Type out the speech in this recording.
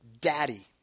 daddy